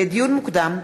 לדיון מוקדם: